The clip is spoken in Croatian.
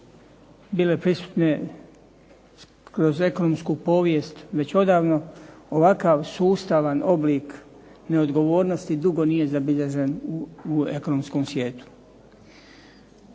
bile prisutne kroz ekonomsku povijest već odavno ovakav sustavan oblik neodgovornosti dugo nije zabilježen u ekonomskom svijetu.